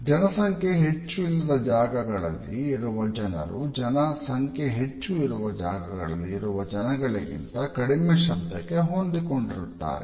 ಜನಸಂಖ್ಯೆ ಹೆಚ್ಚು ಇಲ್ಲದ ಜಾಗಗಳಲ್ಲಿ ಇರುವ ಜನರು ಜನ ಸಂಖ್ಯೆ ಹೆಚ್ಚು ಇರುವ ಜಾಗಗಳಲ್ಲಿ ಇರುವ ಜನರಿಗಿಂತ ಕಡಿಮೆ ಶಬ್ದಕ್ಕೆ ಹೊಂದಿಕೊಂಡಿರುತ್ತಾರೆ